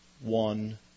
one